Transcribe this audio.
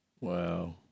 Wow